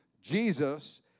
Jesus